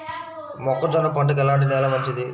మొక్క జొన్న పంటకు ఎలాంటి నేల మంచిది?